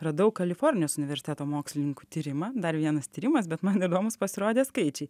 radau kalifornijos universiteto mokslininkų tyrimą dar vienas tyrimas bet man įdomūs pasirodė skaičiai